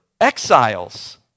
exiles